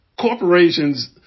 corporations